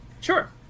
Sure